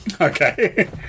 Okay